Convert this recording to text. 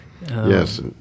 yes